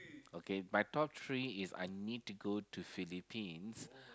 okay my top three is I need to go to Philippines